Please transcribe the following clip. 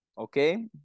Okay